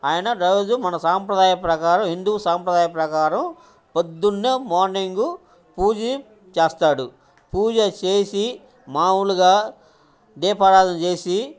ఆయన రోజు మన సాంప్రదాయ ప్రకారం హిందువు సాంప్రదాయ ప్రకారం పొద్దున్నే మార్నింగు పూజ చేస్తాడు పూజ చేసి మామూలుగా దీపారాధన చేసి